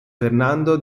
fernando